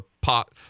pot